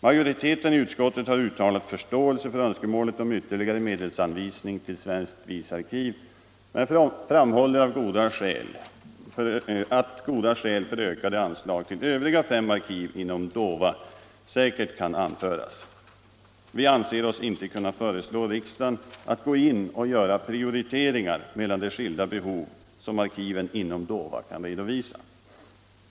Majoriteten i utskottet har uttalat förståelse för önskemålet om ytterligare medelsanvisning till svenskt visarkiv men framhåller att Nr 37 goda skäl för ökade anslag till också de övriga fem arkiven inom DOVA Torsdagen den säkert kan anföras. Vi anser oss inte kunna föreslå riksdagen att gå in 13 mars 1975 och göra prioriteringar mellan de skilda behov som arkiven inom DOVA — kan redovisa.